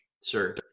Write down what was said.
sir